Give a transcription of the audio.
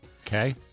Okay